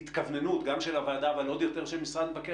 כהתכווננות גם של הוועדה אבל עוד יותר של משרד מבקר